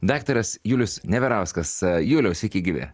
daktaras julius neverauskas juliaus sveiki gyvi